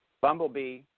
bumblebee